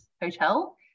Hotel